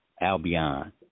Albion